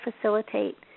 facilitate